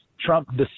Trump